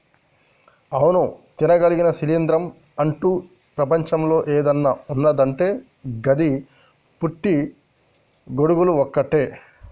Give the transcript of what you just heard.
అవును తినదగిన శిలీంద్రం అంటు ప్రపంచంలో ఏదన్న ఉన్నదంటే గది పుట్టి గొడుగులు ఒక్కటే